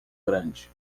grande